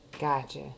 Gotcha